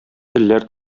телләр